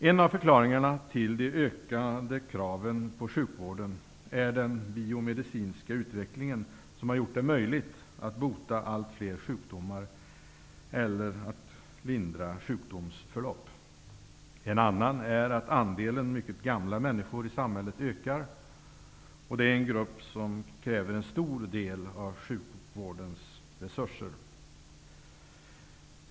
En av förklaringarna till de ökade kraven på sjukvården är den biomedicinska utvecklingen, som har gjort det möjligt att bota allt fler sjukdomar eller att lindra sjukdomsförlopp. En annan är att andelen mycket gamla människor i samhället ökar. Det är en grupp som kräver en stor del av sjukvårdens resurser.